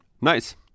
nice